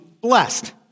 blessed